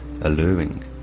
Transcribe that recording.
alluring